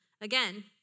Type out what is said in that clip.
again